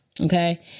Okay